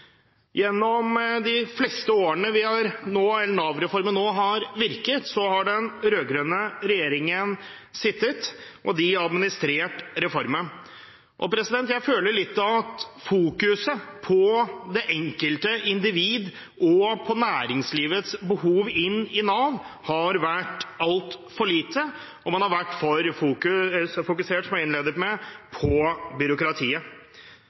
Gjennom de fleste årene Nav-reformen nå har virket, har den rød-grønne regjeringen sittet, og den har administrert reformen. Jeg føler litt at fokuset på det enkelte individ og på næringslivets behov inn i Nav har vært altfor lite, og man har vært for fokusert, som jeg innledet med å si, på byråkratiet.